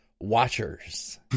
watchers